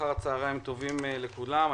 אחר צוהריים טובים לכולם.